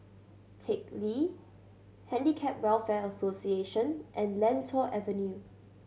Teck Lee Handicap Welfare Association and Lentor Avenue